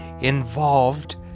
involved